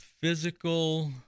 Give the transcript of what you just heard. physical